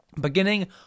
beginning